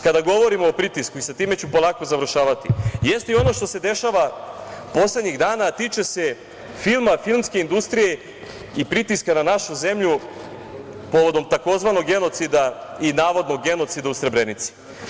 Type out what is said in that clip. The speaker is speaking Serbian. Kada govorimo o pritisku, i sa time ću polako završavati, jeste i ono što se dešava poslednjih dana, tiče se filma, filmske industrije, i pritiska na našu zemlju povodom tzv. genocida i navodnog genocida u Srebrenici.